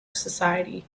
society